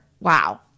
Wow